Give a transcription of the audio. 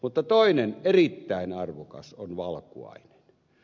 mutta toinen erittäin arvokas on valkuainen